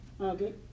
Okay